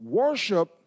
worship